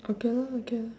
okay lor okay lor